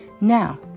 Now